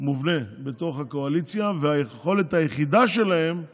מובנה בתוך הקואליציה, והיכולת היחידה שלהם היא